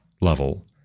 level